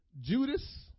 Judas